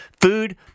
Food